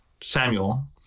Samuel